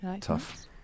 Tough